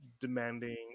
demanding